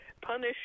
punish